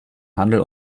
handel